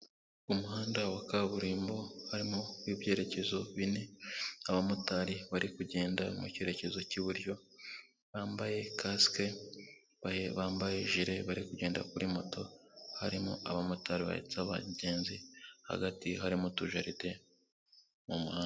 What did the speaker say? Umuhanda wa kaburimbo harimo ibyerekezo bine, abamotari bari kugenda mu cyerekezo cy'iburyo, bambaye kasike, bambaye jire, bari kugenda kuri moto, harimo abamotari bahetse abagenzi, hagati harimo utujaride mu muhanda.